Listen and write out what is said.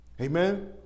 Amen